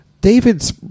David's